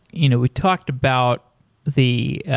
you know we talked about the